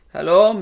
Hello